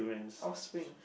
offspring